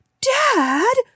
dad